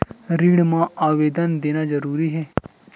ऋण मा आवेदन देना जरूरी हे?